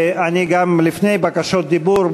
לפני בקשות דיבור,